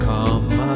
Come